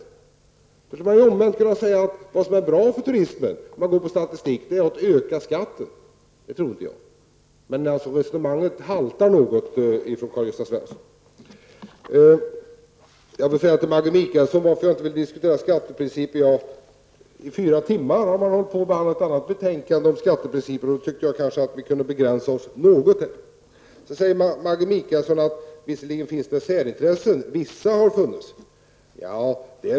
Då skulle man enligt statistiken kunna säga att vad som är bra för turismen är att öka skatten, men det tror jag inte. Men Karl-Gösta Svensons resonemang haltar något. Jag vill till Maggi Mikaelsson tala om varför jag inte vill diskutera skatteprinciperna. I fyra timmar har man här i kammaren hållit på att diskutera ett annat betänkande om skatteprinciper, och därför tyckte jag att vi kunde begränsa oss något. Maggi Mikaelsson sade att det visserligen har funnits vissa särintressen.